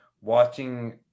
watching